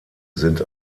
sind